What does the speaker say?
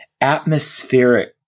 atmospheric